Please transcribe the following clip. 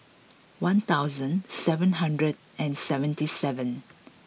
one thousand seven hundred and seventy seven